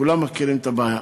כולם מכירים את הבעיה.